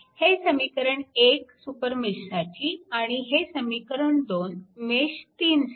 हे समीकरण 1 सुपरमेशसाठी आणि हे समीकरण 2 मेश 3 साठी